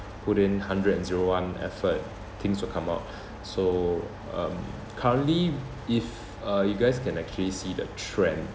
put in hundred and zero one effort things will come up so um currently if uh you guys can actually see the trend